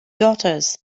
daughters